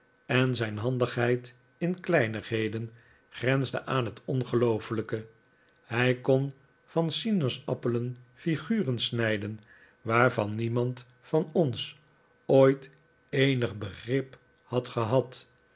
en zijn handigheid in kleinigheden grensde aan het ongeloofelijke hij kon van sinaasappelen figuren snijden waarvan niemand van ons ooit eenig begrip had gehad